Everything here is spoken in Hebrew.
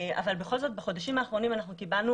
אבל בכל זאת בחודשים האחרונים קיבלנו